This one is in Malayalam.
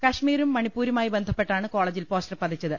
കശ്മീരും മണിപ്പൂരുമായി ബന്ധപ്പെട്ടാണ് കോളജിൽ പോ സ്റ്റർ പതിച്ചത്